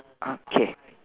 okay